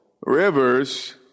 rivers